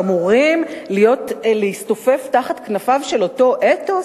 ואמורים להסתופף תחת כנפיו של אותו אתוס.